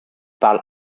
parle